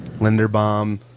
Linderbaum